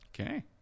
Okay